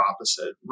opposite